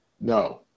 No